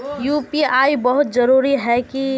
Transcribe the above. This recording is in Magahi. यु.पी.आई बहुत जरूरी है की?